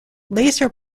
laser